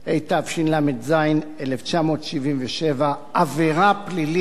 התשל"ז 1977, עבירה פלילית